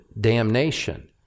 damnation